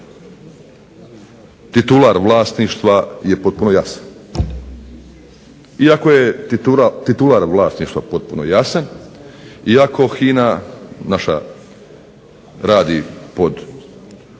titular vlasništva je potpuno jasan. Iako je titular vlasništva potpuno jasan, iako HINA naša radi pod